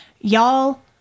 y'all